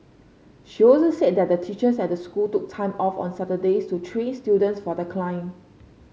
she also said that the teachers at the school took time off on Saturdays to train students for the climb